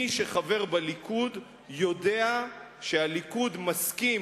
מי שחבר בליכוד יודע שהליכוד מסכים,